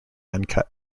uncut